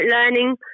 learning